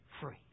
free